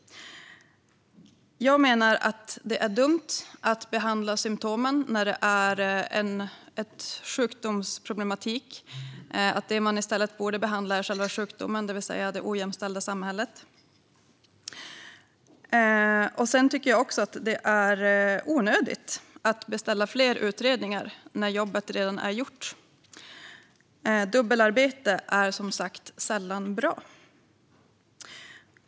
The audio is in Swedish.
Jag menar att det är dumt att behandla symtomen när det handlar om sjukdomsproblematik. Man borde i stället behandla själva sjukdomen, det vill säga det ojämställda samhället. Jag tycker också att det är onödigt att beställa fler utredningar när jobbet redan är gjort. Dubbelarbete är som sagt var sällan bra.